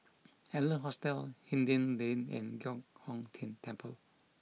Adler Hostel Hindhede Lane and Giok Hong Tian Temple